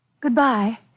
Goodbye